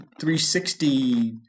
360